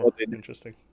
interesting